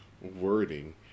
wording